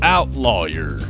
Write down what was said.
Outlawyer